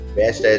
best